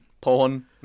porn